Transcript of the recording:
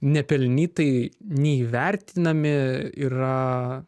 nepelnytai neįvertinami yra